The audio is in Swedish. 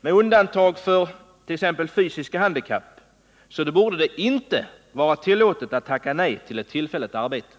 Med undantag för dem som t.ex. har ett fysiskt handikapp borde det inte vara tillåtet att tacka nej till ett tillfälligt arbete.